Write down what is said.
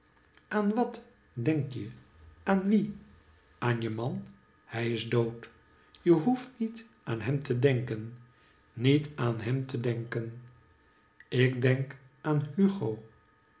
aan wat denk je aan wie aan je man hij is dood je hoeft niet aan hem te denken niet aan hem te denken ik denk aan hugo